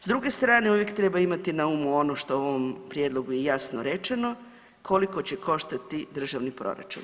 S druge strane uvijek treba imati na umu ono što u ovom prijedlogu je jasno rečeno koliko će koštati državni proračun.